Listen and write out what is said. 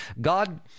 God